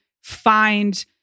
find